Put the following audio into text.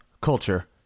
Culture